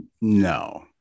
No